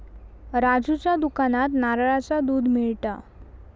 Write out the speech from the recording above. राजूच्या दुकानात नारळाचा दुध मिळता